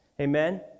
Amen